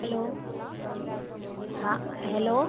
hello हाँ hello